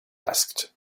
asked